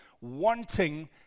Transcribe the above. wanting